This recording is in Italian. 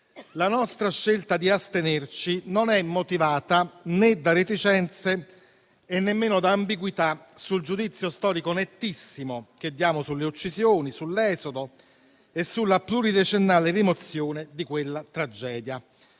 La nostra scelta di astenerci non è motivata né da reticenze e nemmeno da ambiguità sul giudizio storico nettissimo che diamo sulle uccisioni, sull'esodo e sulla pluridecennale rimozione di quella tragedia,